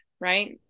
right